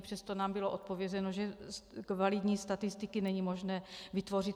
Přesto nám bylo odpovězeno, že kvalitní statistiky není možné vytvořit.